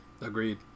agreed